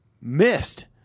missed